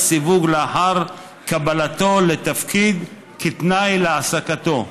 סיווג לאחר קבלתו לתפקיד כתנאי להעסקתו".